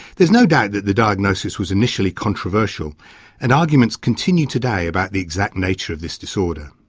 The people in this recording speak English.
there is no doubt that the diagnosis was initially controversial and arguments continue today about the exact nature of this disorder.